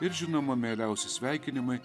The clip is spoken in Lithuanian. ir žinoma mieliausi sveikinimai